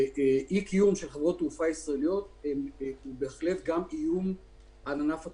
ואי קיום של חברות תעופה ישראליות הוא בהחלט גם איום על ענף התעופה.